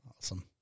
Awesome